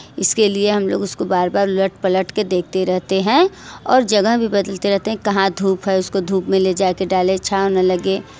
इसके लिए हम लोग उसको बार बार उलट पलट के देखते रहते हैं और जगह भी बदलते रहते हैं कहाँ धूप है उसको धूप में ले जाकर डाले छाँव न लगे